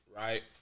Right